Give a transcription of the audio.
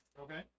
Okay